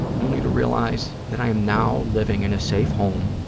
only to realize that i am now living in a safe home,